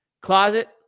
closet